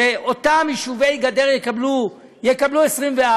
שאותם יישובי גדר יקבלו 24,